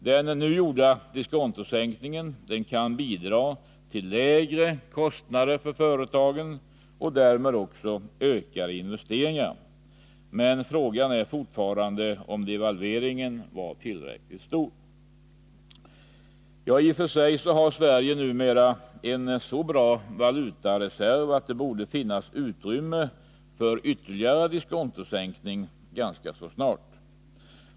Den nu gjorda diskontosänkningen kan bidra till lägre kostnader för företagen och därmed till ökade investeringar, men frågan är om devalveringen var tillräckligt stor. I och för sig har Sverige numera en så bra valutareserv att det borde finnas utrymme för en ytterligare diskontosänkning ganska snart.